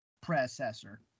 predecessor